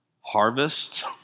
Harvest